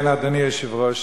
כן, אדוני היושב-ראש,